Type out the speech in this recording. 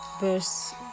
verse